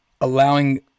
allowing